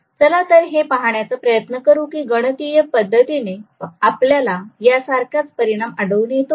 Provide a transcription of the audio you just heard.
चला तर हे पाहण्याचा प्रयत्न करू की गणितीय पद्धतीने आपल्याला यासारखाच परिणाम आढळून येतो का